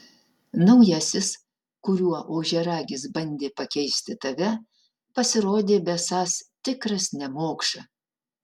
naujasis kuriuo ožiaragis bandė pakeisti tave pasirodė besąs tikras nemokša